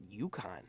UConn